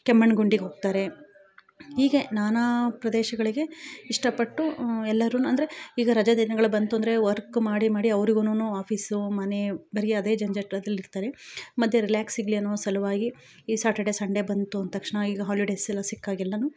ಕೆಮ್ಮಣ್ಣುಗುಂಡಿ ಹೋಗ್ತಾರೆ ಹೀಗೆ ನಾನಾ ಪ್ರದೇಶಗಳಿಗೆ ಇಷ್ಟ ಪಟ್ಟು ಎಲ್ಲರೂ ಅಂದರೆ ಈಗ ರಜಾ ದಿನಗಳು ಬಂತು ಅಂದರೆ ವರ್ಕ್ ಮಾಡಿ ಮಾಡಿ ಅವರಿಗೂ ಆಫೀಸ್ಸು ಮನೆ ಬರಿ ಅದೇ ಜಂಜಾಟದಲ್ಲಿ ಇರ್ತಾರೆ ಮತ್ತೆ ರಿಲ್ಯಾಕ್ಸ್ ಸಿಗಲಿ ಅನ್ನೋ ಸಲುವಾಗಿ ಈ ಸಾಟರ್ಡೆ ಸಂಡೆ ಬಂತು ಅಂತಕ್ಷಣ ಈಗ ಹಾಲಿಡೇಸ್ ಎಲ್ಲ ಸಿಕ್ಕಾಗೆಲ್ಲವು